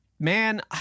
Man